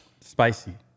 Spicy